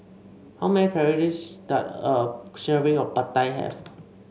how many calories does a serving of Pad Thai have